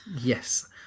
Yes